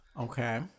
Okay